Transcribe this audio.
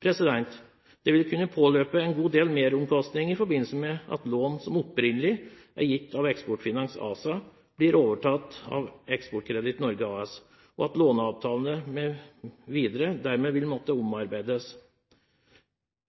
Det vil kunne påløpe en god del merkostnader i forbindelse med at lån som opprinnelig er gitt av Eksportfinans ASA, blir overtatt av Eksportkreditt Norge AS, og at låneavtalene mv. dermed vil måtte omarbeides.